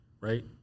right